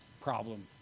problem